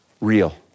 real